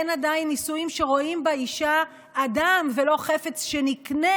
אין עדיין נישואים שרואים באישה אדם ולא חפץ שנקנה,